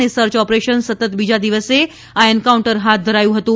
અને search operation સતત બીજા દિવસે આ એન્કાઉન્ટર હાથ ધરાયું હતું